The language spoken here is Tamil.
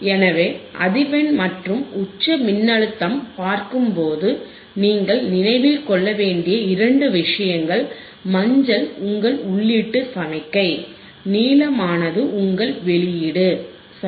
எனவே அதிர்வெண் மற்றும் உச்ச மின்னழுத்தம் பார்க்கும் போது நீங்கள் நினைவில் கொள்ள வேண்டிய இரண்டு விஷயங்கள் மஞ்சள் உங்கள் உள்ளீட்டு சமிக்ஞை நீலமானது உங்கள் வெளியீடு சரி